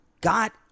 got